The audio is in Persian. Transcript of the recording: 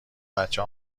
بچه